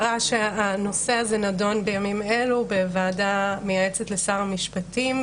הנושא הזה נדון בימים אלה בוועדה המייעצת לשר המשפטים,